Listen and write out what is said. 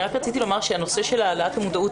אני רק רציתי לומר שהנושא של העלאת המודעות